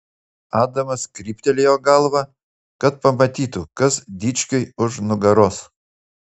adamas kryptelėjo galvą kad pamatytų kas dičkiui už nugaros